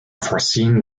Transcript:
foreseen